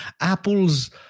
Apple's